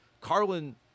Carlin